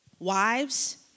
Wives